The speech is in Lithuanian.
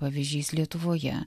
pavyzdžiais lietuvoje